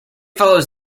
follows